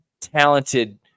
talented